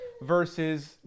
versus